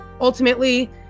ultimately